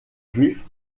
juifs